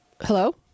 Hello